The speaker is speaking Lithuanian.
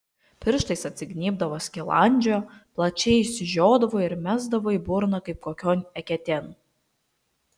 pirštais atsignybdavo skilandžio plačiai išsižiodavo ir mesdavo į burną kaip kokion eketėn